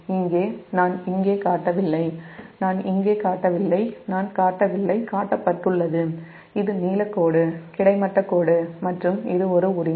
இங்கே நான் காட்டவில்லை காட்டப்பட்டுள்ளது இது நீலக்கோடு கிடைமட்ட கோடு மற்றும் இது ஒரு உரிமை